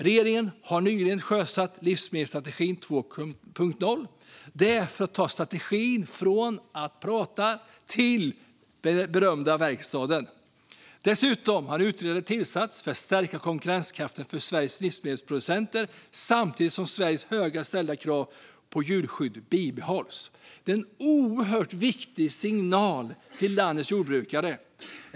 Regeringen har nyligen sjösatt livsmedelsstrategin 2.0, och man går nu från prat till den berömda verkstaden. Dessutom har en utredning tillsatts för att stärka konkurrenskraften för Sveriges livsmedelsproducenter samtidigt som Sveriges högt ställda krav på djurskydd bibehålls. Det är en oerhört viktig signal till landets jordbrukare.